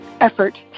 effort